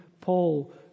Paul